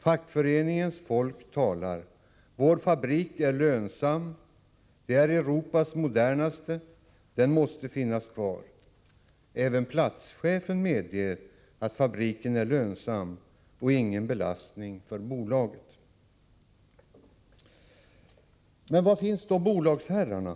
Fackföreningens folk talade: Vår fabrik är lönsam. Den är Europas modernaste! Den måste finnas kvar. Även platschefen medgav att fabriken är lönsam och ingen belastning för Men var fanns bolagsherrarna?